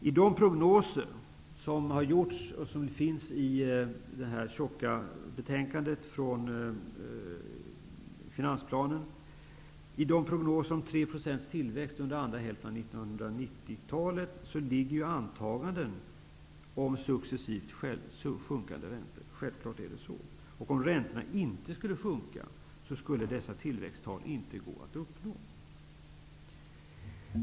I de prognoser som har gjorts -- och som finns i det tjocka betänkandet med finansplanen -- om 3 % tillväxt under andra hälften av 90-talet ligger antaganden om successivt sjunkande räntor. Självklart är det så. Om räntorna inte skulle sjunka, skulle dessa tillväxttal inte gå att uppnå.